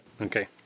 Okay